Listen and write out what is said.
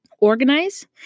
organize